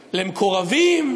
למקורבים,